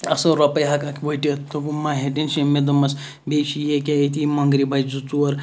اَصل رۄپے ہیٚکَکھ ؤٹِتھ تہٕ وۄنۍ مَہ ہےٚ ٹینشَن مےٚ دوٚپمَس بییٚہِ چھی ییٚکیا یِم مۄنٛگرِ بَچہ زٕ ژور